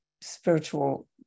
spiritual